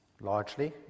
largely